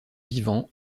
vivant